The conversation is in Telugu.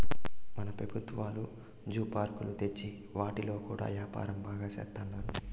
మన పెబుత్వాలు జూ పార్కులు తెచ్చి వాటితో కూడా యాపారం బాగా సేత్తండారు